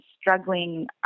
struggling